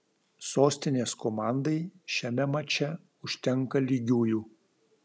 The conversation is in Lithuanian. sostinės komandai šiame mače užtenka lygiųjų